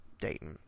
Dayton